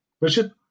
Richard